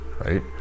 right